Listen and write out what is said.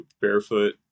barefoot